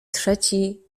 trzeci